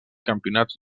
campionats